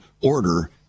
order